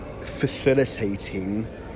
facilitating